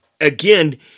Again